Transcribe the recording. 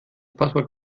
passwort